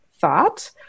thought